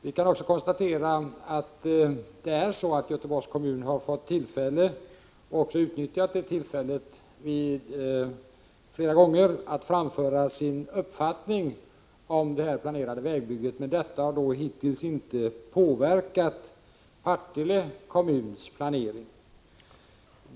Vi kan också konstatera att Göteborgs kommun flera gånger har fått tillfälle, och också utnyttjat det, att framföra sin uppfattning om det planerade vägbygget. Detta har emellertid hittills inte påverkat Partille kommuns planering.